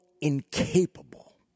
incapable